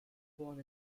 born